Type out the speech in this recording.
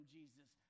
Jesus